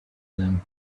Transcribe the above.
them